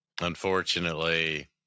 Unfortunately